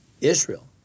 Israel